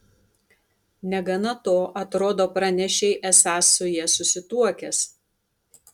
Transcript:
negana to atrodo pranešei esąs su ja susituokęs